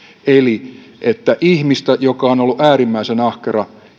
eli että se ei ole oikein että ihmistä joka on ollut äärimmäisen ahkera